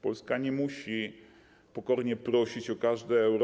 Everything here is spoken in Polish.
Polska nie musi pokornie prosić o każde euro.